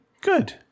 Good